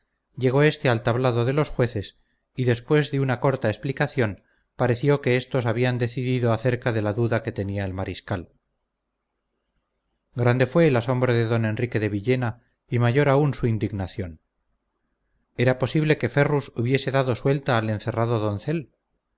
llegó éste al tablado de los jueces y después de una corta explicación pareció que éstos habían decidido acerca de la duda que tenía el mariscal grande fue el asombro de don enrique de villena y mayor aún su indignación era posible que ferrus hubiese dado suelta al encerrado doncel